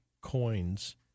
coins